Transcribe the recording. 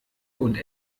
und